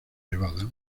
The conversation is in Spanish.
nevada